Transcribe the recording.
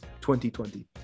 2020